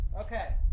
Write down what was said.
Okay